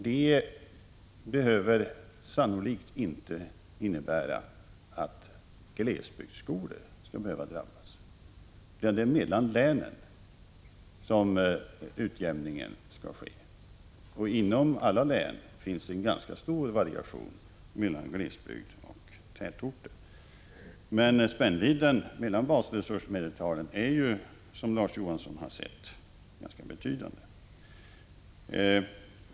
Det behöver sannolikt inte innebära att glesbygdsskolor drabbas, utan det är mellan länen som utjämningen skall ske. Inom alla län finns det en ganska stor variation mellan glesbygder och tätorter, men spännvidden mellan basresursmedeltalen är ju, som Larz Johansson har sett, ganska betydande.